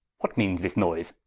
what meanes this noyse?